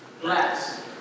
bless